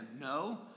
No